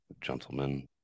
gentlemen